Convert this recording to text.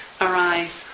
arise